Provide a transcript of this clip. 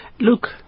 Look